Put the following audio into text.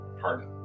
pardon